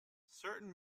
certain